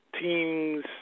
teams